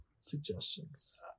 suggestions